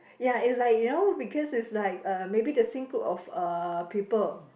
ya it's like you know because it's like uh maybe the same group of uh people